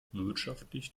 wirtschaftlich